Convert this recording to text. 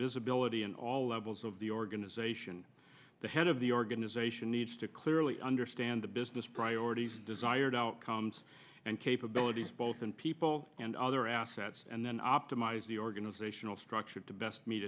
visibility in all levels of the organization the head of the organization needs to clearly understand the business priorities desired outcomes and capabilities both in people and other assets and then optimize the organizational structure to best me